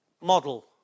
model